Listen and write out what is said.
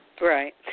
Right